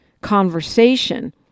conversation